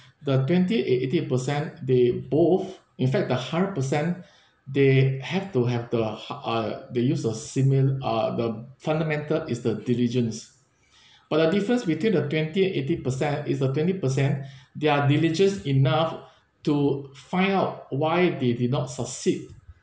the twenty and eighty percent they both in fact the hundred per cent they have to have the ha~ uh they use a simil~ uh the fundamental is the diligence but the difference between the twenty and eighty percent is a twenty percent they're diligence enough to find out why they did not succeed